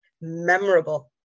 memorable